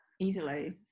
easily